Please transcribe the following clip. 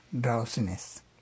drowsiness